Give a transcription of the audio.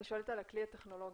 אני שואלת על הכלי הטכנולוגי,